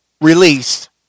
released